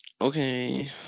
Okay